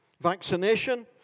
vaccination